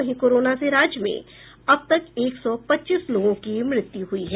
वहीं कोरोना से राज्य में अब तक एक सौ पच्चीस लोगों की मृत्यु हुई है